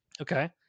okay